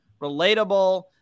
relatable